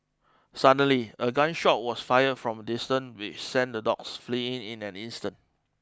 suddenly a gun shot was fired from a distance which sent the dogs fleeing in an instant